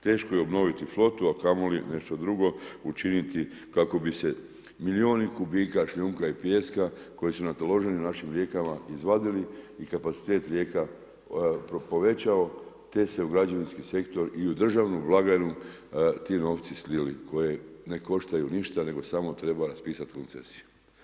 Teško je obnoviti flotu a kamoli nešto drugo učiniti kako bi se milijuni kubika šljunka i pijeska koji su nataloženi u našim rijekama izvadili i kapacitet rijeka povećao te se u građevinski sektor i u državnu blagajnu ti novci slili koji ne koštaju ništa nego samo treba raspisati koncesiju.